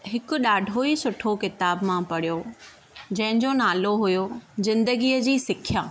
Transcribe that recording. हिक ॾाढो ई सुठो किताब मां पढ़ियो जंहिंजो नालो हुयो ज़िंदगीअ जी सिखियां